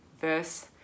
verse